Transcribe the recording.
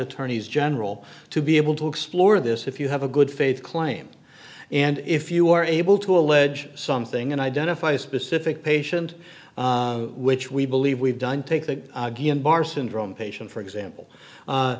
attorneys general to be able to explore this if you have a good faith claim and if you are able to allege something and identify a specific patient which we believe we've done take the bar syndrome patient for example